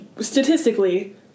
statistically